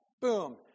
Boom